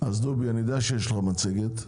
דובי אני יודע שיש לך מצגת,